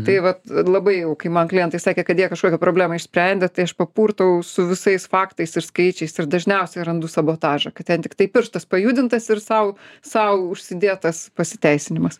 tai vat labai jau kai man klientai sakė kad jie kažkokią problemą išsprendė tai aš papurtau su visais faktais ir skaičiais ir dažniausiai randu sabotažą kad ten tiktai pirštas pajudintas ir sau sau užsidėtas pasiteisinimas